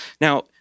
Now